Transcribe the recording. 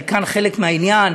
אני כאן חלק מהעניין,